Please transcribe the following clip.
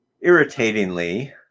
Irritatingly